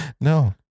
no